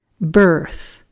birth